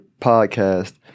podcast